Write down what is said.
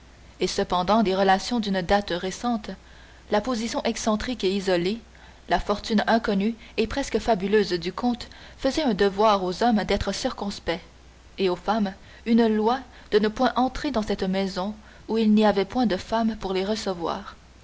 et cependant des relations d'une date récente la position excentrique et isolée la fortune inconnue et presque fabuleuse du comte faisaient un devoir aux hommes d'être circonspects et aux femmes une loi de ne point entrer dans cette maison où il n'y avait point de femmes pour les recevoir